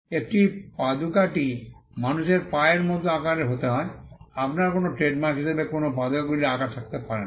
একটি পাদুকাটি মানুষের পায়ের মতো আকারের হতে হয় আপনার কোনও ট্রেডমার্ক হিসাবে কোনও পাদুকাগুলির আকার থাকতে পারে না